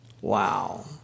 Wow